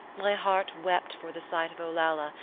my heart wept for the sight of olalla,